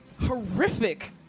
horrific